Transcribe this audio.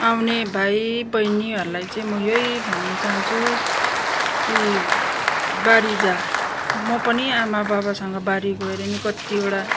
आउने भाइ बहिनीहरूलाई चाहिँ म यही भन्न चाहन्छु कि बारी जा म पनि आमा बाबासँग बारी गएर नै कतिवटा